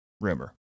rumor